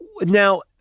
Now